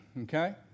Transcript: okay